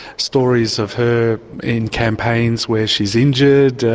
stories of her in campaigns where she's injured,